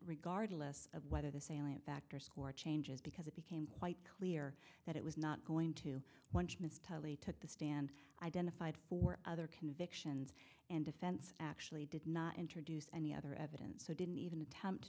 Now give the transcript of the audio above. regardless of whether the salient factor score changes because it became quite clear that it was not going to lunch mr lee took the stand identified four other convictions and defense actually did not introduce any other evidence so didn't even attempt